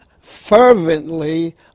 fervently